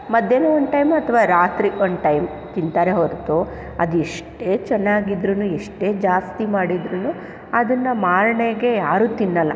ಮಧ್ಯಾಹ್ನ ಒಂದು ಟೈಮ್ ಅಥವಾ ರಾತ್ರಿ ಒಂದು ಟೈಮ್ ತಿಂತಾರೆ ಹೊರತು ಅದು ಎಷ್ಟೇ ಚೆನ್ನಾಗಿದ್ರೂ ಎಷ್ಟೇ ಜಾಸ್ತಿ ಮಾಡಿದ್ರೂ ಅದನ್ನು ಮಾರ್ನೇಗೆ ಯಾರೂ ತಿನ್ನಲ್ಲ